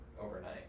overnight